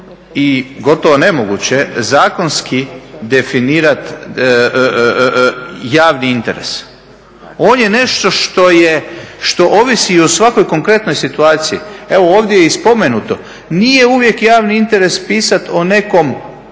i gotovo nemoguće zakonski definirati javni interes. On je nešto što ovisi o svakoj konkretnoj situaciji. Evo ovdje je spomenuto, nije uvijek javni interes pisati o nekom